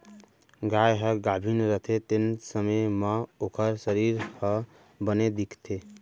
गाय ह गाभिन रथे तेन समे म ओकर सरीर ह बने दिखथे